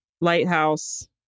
lighthouse